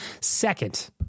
Second